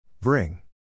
Bring